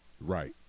Right